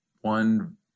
One